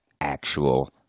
actual